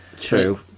true